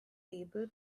table